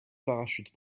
parachute